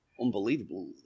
Unbelievable